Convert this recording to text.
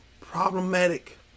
problematic